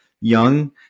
young